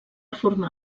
formar